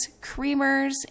creamers